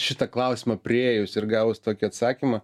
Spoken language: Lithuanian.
šitą klausimą priėjus ir gavus tokį atsakymą